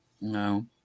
No